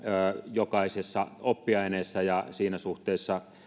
jokaisessa oppiaineessa ja siinä suhteessa